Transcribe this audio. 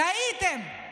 טעיתם.